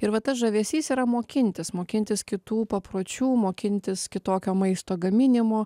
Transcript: ir va tas žavesys yra mokintis mokintis kitų papročių mokintis kitokio maisto gaminimo